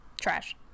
trash